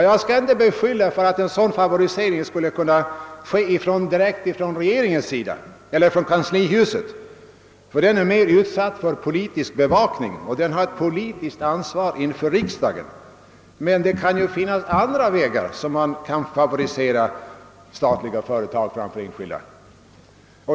Jag skall inte framföra beskyllningar om att en sådan favorisering skulle kunna ske direkt från regeringens sida eller från kanslihuset, ty rege ringen är utsatt för politisk bevakning och har ett politiskt ansvar inför riksdagen. Men det kan ju finnas andra vägar på vilka statliga företag kan favoriseras framför enskilda.